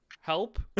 help